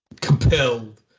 compelled